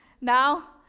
Now